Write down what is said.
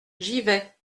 givet